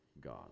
God